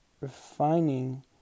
refining